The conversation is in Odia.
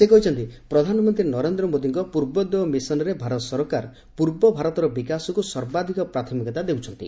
ସେ କହିଛନ୍ତି ପ୍ରଧାନମନ୍ତ୍ରୀ ନରେନ୍ଦ୍ର ମୋଦୀଙ୍କ ପୂର୍ବୋଦୟ ମିଶନ୍ରେ ଭାରତ ସରକାର ପୂର୍ବ ଭାରତର ବିକାଶକୁ ସର୍ବାଧିକ ପ୍ରାଥମିକତା ଦେଉଛନ୍ତି